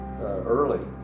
early